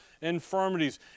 infirmities